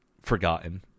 forgotten